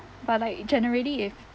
but like generally if